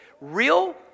real